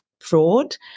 fraud